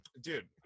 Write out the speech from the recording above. dude